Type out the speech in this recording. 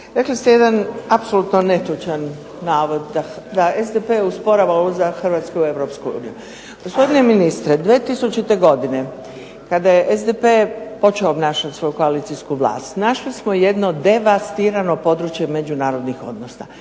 Rekli ste jedan apsolutno netočan navod da SDP usporava ulazak Hrvatske u EU. Gospodine ministre 2000. godine kada je SDP počeo obnašati svoju koalicijsku vlast našli smo jedno devastirano područje međunarodnih odnosa,